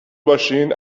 باشین